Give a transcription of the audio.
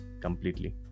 completely